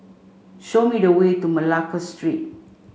show me the way to Malacca Street